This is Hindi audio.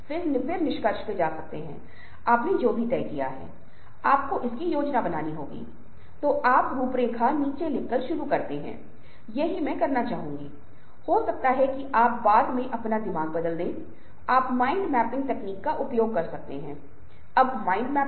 यदि आप एक उप मार्ग पर चल रहे हैं यदि आप कुछ स्थानों पर चल रहे हैं यदि आप होर्डिंग्स को देख रहे हैं तो बड़े बड़े होर्डिंग्स अब वे गतिशील हो गए हैं वे पहले विजुअल थे लेकिन यदि आप किसी शॉपिंग मॉल में काम कर रहे हैं तो ये बातें बहुत आम हो गई हैं